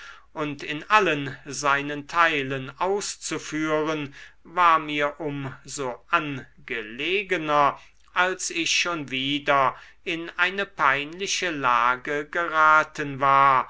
und in allen seinen teilen auszuführen war mir um so angelegener als ich schon wieder in eine peinliche lage geraten war